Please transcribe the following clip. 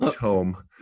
Home